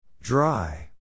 Dry